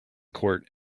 court